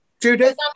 Judith